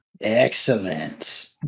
Excellent